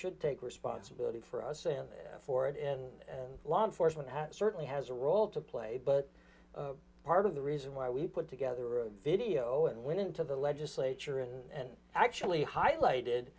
should take responsibility for us and for it and law enforcement has certainly has a role to play but part of the reason why we put together a video and went into the legislature and actually highlighted